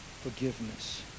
forgiveness